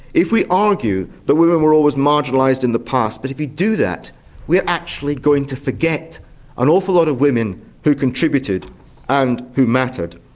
if we argue that women were always marginalised in the past, but if we do that we are actually going to forget an awful lot of women who contributed and who mattered.